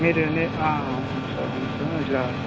మీరు అవును సార్ అవును సార్ ఇట్లా